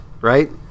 right